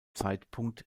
zeitpunkt